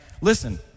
Listen